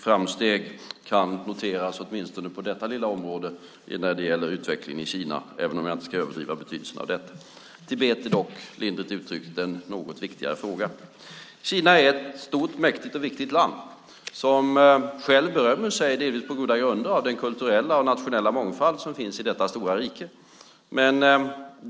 Framsteg kan noteras åtminstone på detta lilla område när det gäller utvecklingen i Kina, även om jag inte ska överdriva betydelsen av detta. Tibet är dock, lindrigt uttryckt, en något viktigare fråga. Kina är ett stort, mäktigt och viktigt land som själv berömmer sig, delvis på goda grunder, av den kulturella och nationella mångfald som finns i detta stora rike.